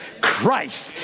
Christ